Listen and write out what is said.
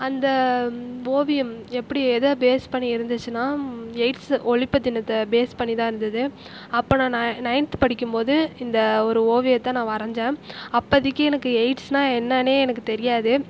அந்த ஓவியம் எப்படி எதை பேஸ் பண்ணி இருந்துச்சுன்னா எய்ட்ஸ் ஒழிப்பு தினத்தை பேஸ் பண்ணிதான் இருந்தது அப்போ நான் நைன்த் படிக்கும் போது இந்த ஒரு ஓவியத்தை நான் வரைஞ்சேன் அப்பதைக்கு எனக்கு எய்ட்ஸ்னால் என்னென்னெ எனக்கு தெரியாது